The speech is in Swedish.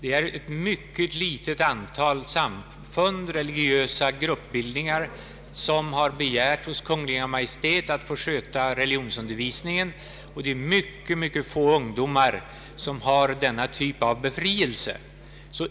Ett ytterst litet antal samfund och religiösa gruppbildningar har begärt hos Kungl. Maj:t att få sköta religionsundervisningen, och det är ytterst få ungdomar som har denna typ av befrielse.